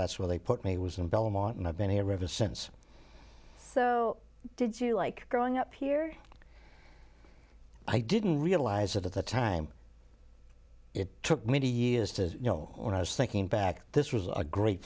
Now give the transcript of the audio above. that's where they put me was in belmont and i've been here ever since so did you like growing up here i didn't realize it at the time it took me years to you know when i was thinking back this was a great